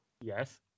Yes